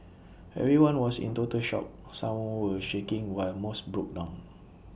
everyone was in total shock some were shaking while most broke down